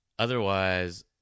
Otherwise